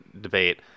debate